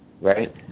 right